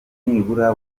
nibura